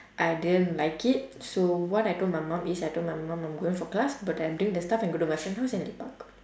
I didn't like it so what I told my mum is I told my mum I'm going for class but I'm doing the stuff I go to my friend house and lepak